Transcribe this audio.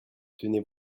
tenez